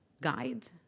guide